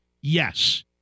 Yes